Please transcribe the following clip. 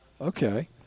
Okay